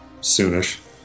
soonish